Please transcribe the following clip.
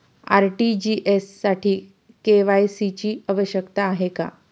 RTGS साठी KYC ची आवश्यकता आहे का?